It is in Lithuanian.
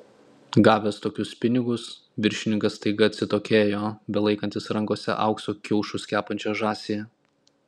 gavęs tokius pinigus viršininkas staiga atsitokėjo belaikantis rankose aukso kiaušus kepančią žąsį